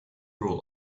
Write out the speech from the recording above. rule